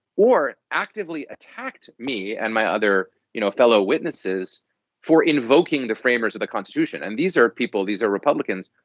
or actively attacked me and my other you know fellow witnesses for invoking the framers of the constitution. and these are people these are republicans,